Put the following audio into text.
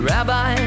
Rabbi